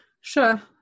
Sure